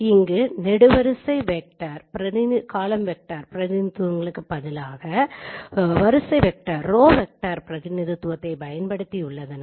இங்கு நெடுவரிசை வெக்டர் பிரதிநிதித்துவங்களுக்குப் பதிலாக வரிசை வெக்டர் பிரதிநிதித்துவத்தை பயன்படுத்தியுள்ளதால்